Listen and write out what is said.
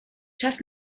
czas